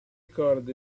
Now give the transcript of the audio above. corde